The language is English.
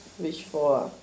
wish for ah